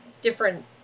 different